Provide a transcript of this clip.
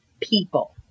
people